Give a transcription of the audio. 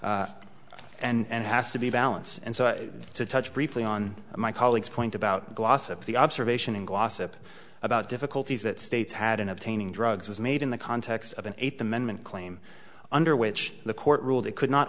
merits and has to be balanced and so to touch briefly on my colleagues point about glossop the observation in glossop about difficulties that states had in obtaining drugs was made in the context of an eighth amendment claim under which the court ruled it could not